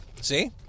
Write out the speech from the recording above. See